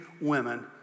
women